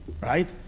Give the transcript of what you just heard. right